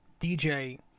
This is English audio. DJ